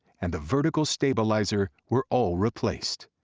and the vertical stabilizer were all replaced.